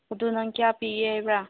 ꯑꯗꯨ ꯅꯪ ꯀꯌꯥ ꯄꯤꯒꯦ ꯍꯥꯏꯕ꯭ꯔꯥ